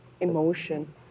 emotion